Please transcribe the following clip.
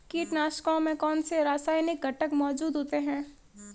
कीटनाशकों में कौनसे रासायनिक घटक मौजूद होते हैं?